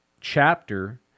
chapter